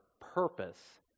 purpose